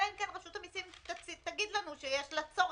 אלא אם כן רשות המיסים תגיד לנו שיש לה צורך,